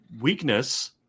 weakness